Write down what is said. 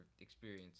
experience